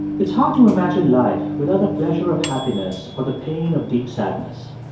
it's hard to imagine life without the pleasure of happiness or the pain of deep sadness.